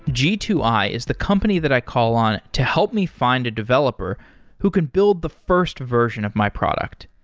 g two i is the company that i call on to help me find a developer who can build the first version of my product.